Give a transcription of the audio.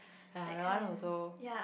uh that one also